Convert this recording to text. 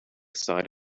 side